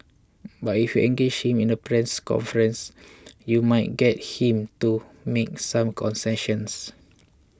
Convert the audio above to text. but if engage him in a press conference you might get him to make some concessions